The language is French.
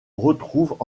retrouvent